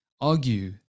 argue